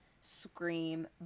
scream